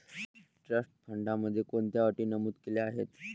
Trust फंडामध्ये कोणत्या अटी नमूद केल्या आहेत?